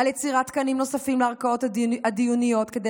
על יצירת תקנים נוספים לערכאות הדיוניות כדי